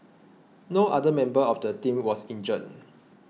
no other member of the team was injured